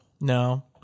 No